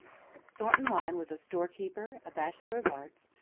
thornton lyne was a store-keeper, a bachelor of arts,